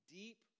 deep